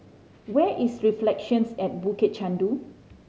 where is Reflections at Bukit Chandu